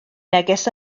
neges